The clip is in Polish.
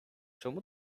czemu